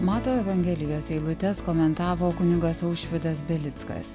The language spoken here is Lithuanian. mato evangelijos eilutes komentavo kunigas aušvydas belickas